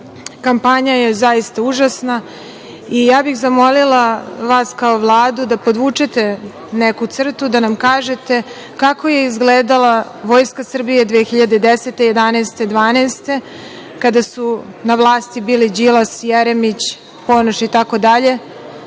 uopšte. Kampanja je zaista užasna i ja bih zamolila vas kao Vladu da podvučete neku crtu, da nam kažete kako je izgledala Vojska Srbije 2010, 2011, 2012. godine kada su na vlasti bili Đilas, Jeremić, Ponoš itd,